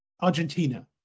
Argentina